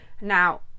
Now